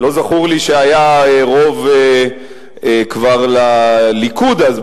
לא זכור לי שהיה רוב לליכוד כבר אז,